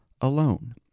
alone